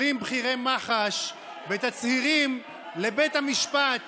אומרים בכירי מח"ש בתצהירים לבית המשפט